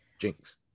Jinx